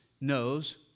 knows